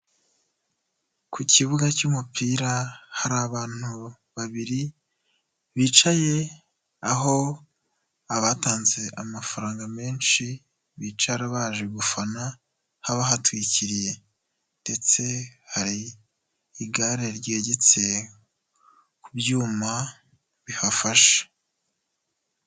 Ku kibuga cy'umupira hari abantu babiri bicaye aho abatanze amafaranga menshi bicara baje gufana, haba hatwikiriye ndetse hari igare ryegetse ku byuma bihafashe.